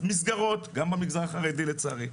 גם במגזר החרדי לצערי,